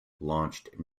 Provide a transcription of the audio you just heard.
launched